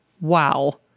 wow